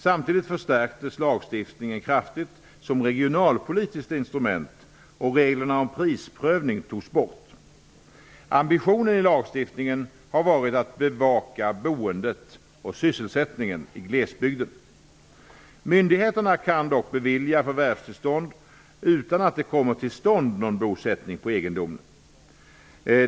Samtidigt förstärktes lagstiftningen kraftigt som regionalpolitiskt instrument, och reglerna om prisprövning togs bort. Ambitionen i lagstiftningen har varit att bevaka boendet och sysselsättningen i glesbygden. Myndigheterna kan dock bevilja förvärvstillstånd utan att det kommer till stånd någon bosättning på egendomen.